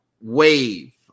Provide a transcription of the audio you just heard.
wave